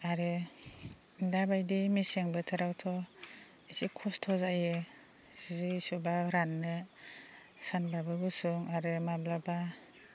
आरो दाबायदि मेसें बोथोरावथ' एसे खस्थ' जायो जि सुब्ला राननो सानबाबो गुसुं आरो माब्लाबा